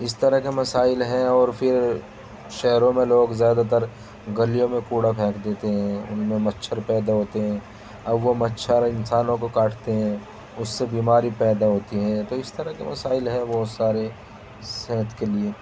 اس طرح کے مسائل ہیں اور پھر شہروں میں لوگ زیادہ تر گلیوں میں کوڑا پھینک دیتے ہیں ان میں مچھر پیدا ہوتے ہیں اب وہ مچھر انسانوں کو کاٹتے ہیں اس سے بیماری پیدا ہوتی ہیں تو اس طرح مسائل ہیں بہت سارے صحت کے لیے